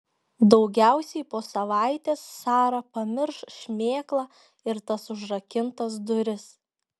daugiausiai po savaitės sara pamirš šmėklą ir tas užrakintas duris